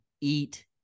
eat